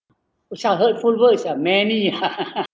with some hurtful words ah many ah